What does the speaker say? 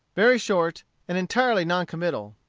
very short and entirely non-committal.